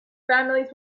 families